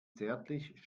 zärtlich